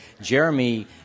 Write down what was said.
Jeremy